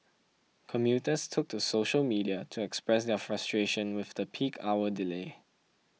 commuters took to social media to express their frustration with the peak hour delay